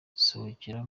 sohokera